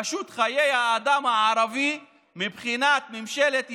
פשוט חיי האדם הערבי, מבחינת ממשלת ישראל,